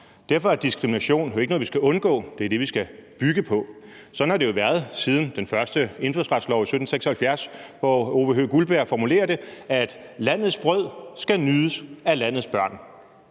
Derfor er diskrimination jo ikke noget, som vi skal undgå, men det er det, som vi skal bygge på. Sådan har det jo været siden den første indfødsretslov i 1776, hvor Ove Høegh-Guldberg formulerer, at landets brød skal nydes af landets børn.